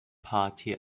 party